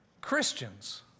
Christians